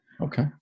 Okay